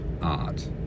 art